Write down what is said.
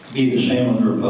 be the same under